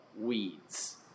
weeds